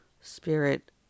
spirit